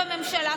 בממשלה,